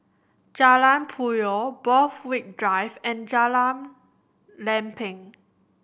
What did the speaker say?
Jalan Puyoh Borthwick Drive and Jalan Lempeng